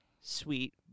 sweet